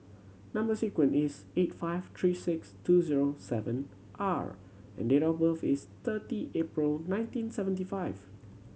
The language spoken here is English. number sequence is eight five three six two zero seven R and date of birth is thirty April nineteen seventy five